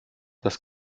das